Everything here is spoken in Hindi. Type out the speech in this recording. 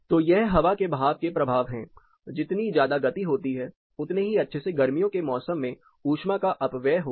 तो यह हवा के बहाव के प्रभाव हैं जितनी ज्यादा गति होती है उतने ही अच्छे से गर्मियों के मौसम में ऊष्मा का अपव्यय होगा